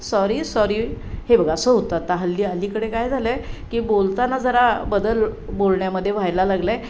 sorry sorry हे बघा असं होतं आता हल्ली अलीकडे काय झालं आहे की बोलताना जरा बदल बोलण्यामध्ये व्हायला लागला आहे